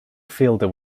fielder